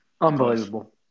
Unbelievable